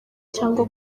cyangwa